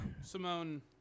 Simone